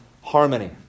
harmony